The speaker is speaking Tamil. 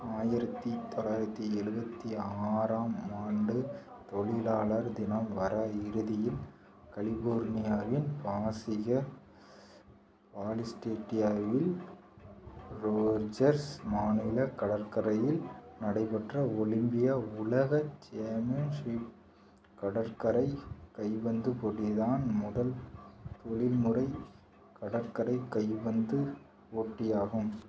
ஆயிரத்தி தொள்ளாயிரத்தி எழுபத்தி ஆறாம் ஆண்டு தொழிலாளர் தின வார இறுதியில் கலிபோர்னியாவின் பாஸிக பாலிஸ்டேட்டியா வில் ரோஜர்ஸ் மாநில கடற்கரையில் நடைபெற்ற ஒலிம்பியா உலக சாம்மோன்ஷிப் கடற்கரை கைப்பந்து போட்டிய தான் முதல் தொலில்முறை கடற்கரை கைப்பந்து போட்டியாகும்